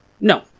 No